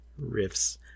riffs